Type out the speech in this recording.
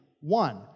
one